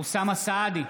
אוסאמה סעדי,